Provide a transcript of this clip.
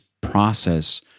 process